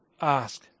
ask